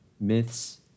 myths